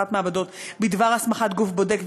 להסמכת מעבדות בדבר הסמכת גוף בודק,